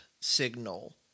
signal